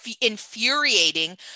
infuriating